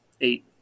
eight